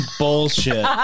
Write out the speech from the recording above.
bullshit